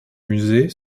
musée